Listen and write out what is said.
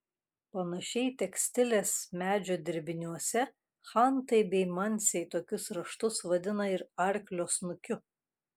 panašiai tekstilės medžio dirbiniuose chantai bei mansiai tokius raštus vadina ir arklio snukiu